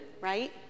right